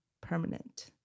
permanent